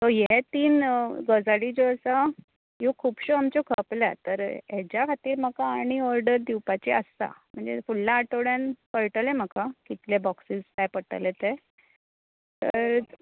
so ये तीन गजाली ज्यो आसा ह्यो खूबश्यो आमच्यो खपल्या तर हाज्या खातीर आनी आमकां ओडर दिवपाची आसा म्हणजे फुडल्या आठवड्यान कळटले म्हाका कितले बॉक्सिस जाय पडटले ते तर